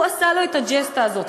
הוא עשה לו את הג'סטה הזאת,